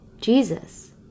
Jesus